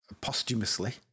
posthumously